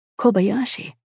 Kobayashi